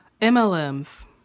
MLMs